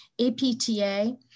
APTA